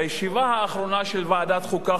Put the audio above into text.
בישיבה האחרונה של ועדת חוקה,